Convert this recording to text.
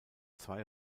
zwei